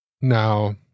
now